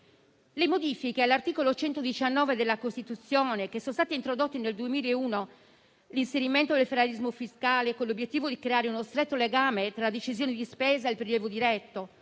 Le modifiche all'articolo 119 della Costituzione che sono state introdotte nel 2001 riguardano l'inserimento del federalismo fiscale, con l'obiettivo di creare uno stretto legame tra decisioni di spesa e il prelievo diretto